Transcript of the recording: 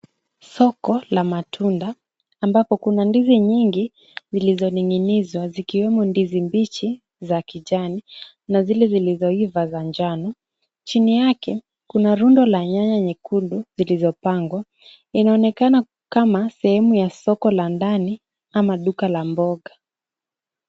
Soko la matunda ambako kuna mandizi mengi zilizoning'inizwa, zikiwemo ndizi mbichi za kijani na zile zilizoiva za njano. Chini yake kuna rundo la nyanya nyekundu zilizopangwa. Inaonekana kama sehemu ya soko la ndani ama duka la mboga.